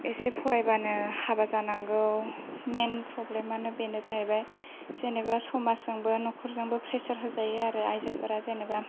एसे फरायबानो हाबा जानांगौ मेन फ्रेब्लेमानो बेनो जाहैबाय जेनेबा समाजजोंबो नखरजोंबो फ्रेसार होजायो आरो आयजोफोरा जेनोबा